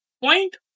Point